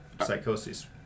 psychosis